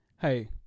hey